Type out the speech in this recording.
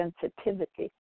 sensitivity